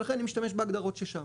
ולכן אני משתמש בהגדרות ששם.